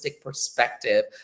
perspective